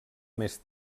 més